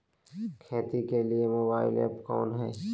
खेती के लिए मोबाइल ऐप कौन है?